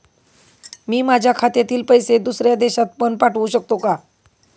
मी माझ्या खात्यातील पैसे दुसऱ्या देशात पण पाठवू शकतो का?